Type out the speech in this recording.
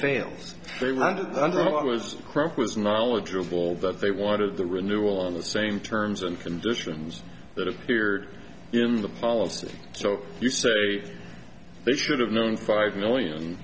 was crap was knowledgeable that they wanted the renewal on the same terms and conditions that appeared in the policy so you say they should have known five million